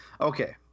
Okay